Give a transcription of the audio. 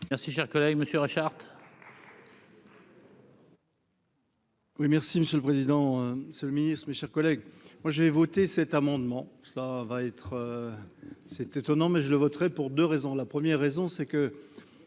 Merci, cher collègue Monsieur Richard. Oui, merci Monsieur le Président, c'est le ministre, mes chers collègues, moi j'ai voté cet amendement, ça va être, c'est étonnant, mais je le voterai pour 2 raisons : la première raison c'est que